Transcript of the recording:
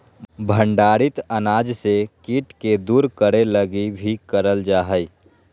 भंडारित अनाज से कीट के दूर करे लगी भी करल जा हइ